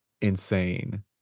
insane